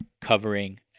covering